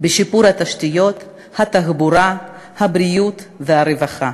בשיפור התשתיות, התחבורה, הבריאות והרווחה.